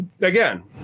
Again